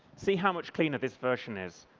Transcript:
see how much cleaner this version is.